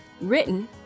written